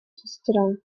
сестра